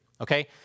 Okay